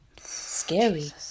Scary